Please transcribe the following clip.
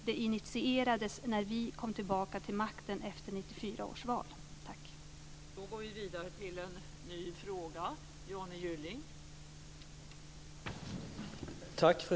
Det initierades när vi kom tillbaka till makten efter 1994 års val. Tack.